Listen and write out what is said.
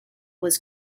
was